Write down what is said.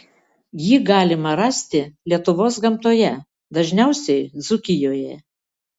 jį galima rasti lietuvos gamtoje dažniausiai dzūkijoje